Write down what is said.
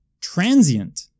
transient